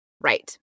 Right